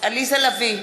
עליזה לביא,